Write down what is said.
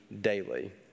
daily